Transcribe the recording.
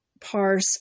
parse